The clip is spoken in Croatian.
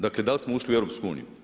Dakle, da li smo ušli u EU?